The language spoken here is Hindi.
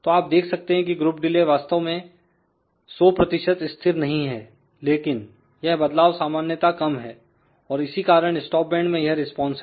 तो आप देख सकते हैं कि ग्रुप डिले वास्तव में 100 स्थिर नहीं है लेकिन यह बदलाव सामान्यता कम है और इसी कारण स्टॉप बैंड में यह रिस्पॉन्स है